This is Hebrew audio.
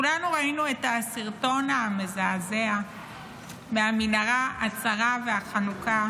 כולנו ראינו את הסרטון המזעזע מהמנהרה הצרה והחנוקה